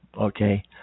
Okay